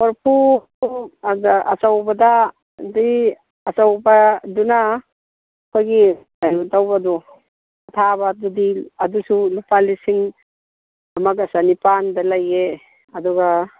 ꯀꯣꯔꯐꯨꯗꯨ ꯑꯆꯧꯕꯗꯗꯤ ꯑꯆꯧꯕꯗꯨꯅ ꯑꯩꯈꯣꯏꯒꯤ ꯀꯩꯅꯣ ꯇꯧꯕꯗꯣ ꯑꯊꯥꯕꯗꯨꯗꯤ ꯑꯗꯨꯁꯨ ꯂꯨꯄꯥ ꯂꯤꯁꯤꯡ ꯑꯃꯒ ꯆꯥꯅꯤꯄꯥꯟꯗ ꯂꯩꯌꯦ ꯑꯗꯨꯒ